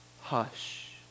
Hush